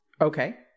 okay